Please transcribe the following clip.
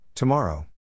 Tomorrow